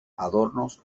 adornos